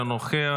אינה נוכחת,